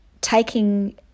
taking